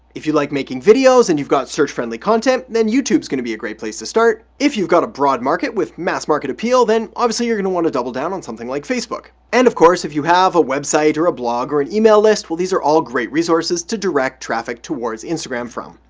if you like making videos and you've got search friendly content, then youtube's gonna be a great place to start. if you've got a broad market with mass market appeal, then obviously, you're gonna want to double down on something like facebook and of course if you have a website or a blog or an email list, well, these are all great resources to direct traffic towards instagram from.